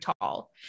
tall